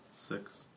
six